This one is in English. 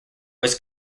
was